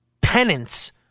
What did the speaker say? penance